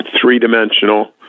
three-dimensional